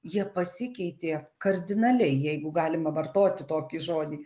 jie pasikeitė kardinaliai jeigu galima vartoti tokį žodį